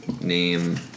Name